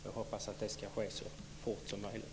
Jag hoppas att det ska ske så fort som möjligt.